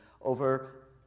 over